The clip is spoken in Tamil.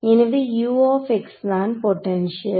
எனவே U தான் பொட்டன்ஷியல்